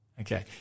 Okay